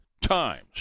times